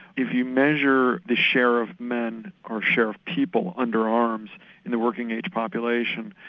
if you measure the share of men or share of people under arms in the working age population,